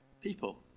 people